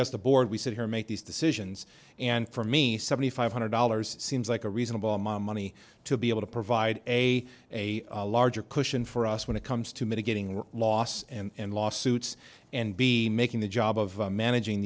the board we sit here make these decisions and for me seventy five hundred dollars seems like a reasonable amount of money to be able to provide a a larger cushion for us when it comes to mitigating loss and lawsuits and be making the job of managing